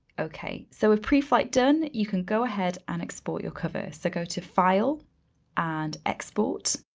okay, so with preflight done you can go ahead and export your cover, so go to file and export